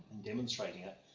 and demonstrating it,